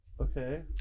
Okay